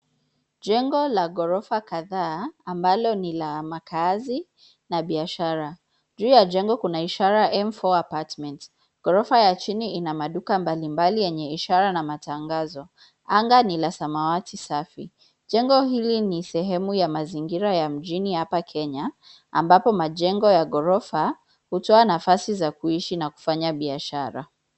Jengo la ghorofa kadhaa ambalo ni la makaazi na biashara. Juu ya jengo kuna ishara,M4 apartment. Ghorofa ya chini ina maduka mbalimbali yenye ishara na matangazo. Anga ni la samawati safi. Jengo hili ni sehemu ya mazingira ya mjini hapa Kenya ambapo majengo ya ghorofa hutoa nafasi za kuishi na kufanya biashara.